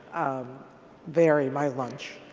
um vary my lunch.